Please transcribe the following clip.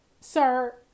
Sir